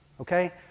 Okay